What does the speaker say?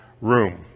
room